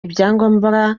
ibyangombwa